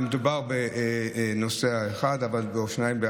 ומדובר בנוסע אחד או שניים,